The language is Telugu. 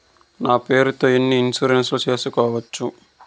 నా పేరుతో ఎన్ని ఇన్సూరెన్సులు సేసుకోవచ్చు?